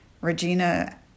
Regina